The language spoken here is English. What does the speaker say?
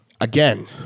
again